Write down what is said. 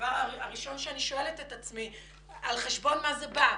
הדבר הראשון שאני שואלת את עצמי זה על חשבון מה זה בא.